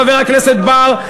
חבר הכנסת בר,